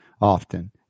often